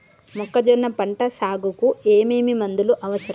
మొక్కజొన్న పంట సాగుకు ఏమేమి మందులు అవసరం?